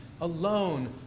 alone